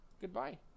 Goodbye